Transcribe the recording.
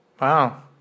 Wow